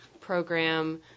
program